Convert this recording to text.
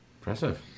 Impressive